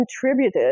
contributed